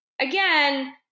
again